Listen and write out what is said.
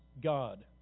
God